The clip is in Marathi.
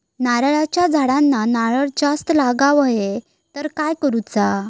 नारळाच्या झाडांना नारळ जास्त लागा व्हाये तर काय करूचा?